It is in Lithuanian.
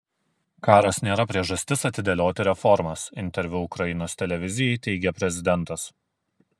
karas nėra priežastis atidėlioti reformas interviu ukrainos televizijai teigė prezidentas